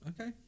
Okay